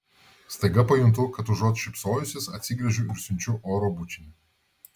staiga pajuntu kad užuot šypsojusis atsigręžiu ir siunčiu oro bučinį